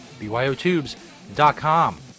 BYOTubes.com